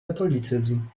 katolicyzm